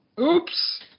Oops